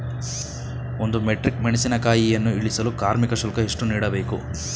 ಒಂದು ಮೆಟ್ರಿಕ್ ಮೆಣಸಿನಕಾಯಿಯನ್ನು ಇಳಿಸಲು ಕಾರ್ಮಿಕ ಶುಲ್ಕ ಎಷ್ಟು ನೀಡಬೇಕು?